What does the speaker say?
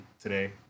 today